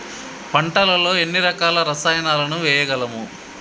పంటలలో ఎన్ని రకాల రసాయనాలను వేయగలము?